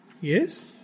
yes